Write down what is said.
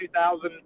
2000